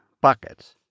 buckets